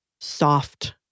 soft